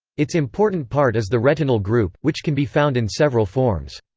its important part is the retinyl group, which can be found in several forms.